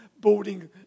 boating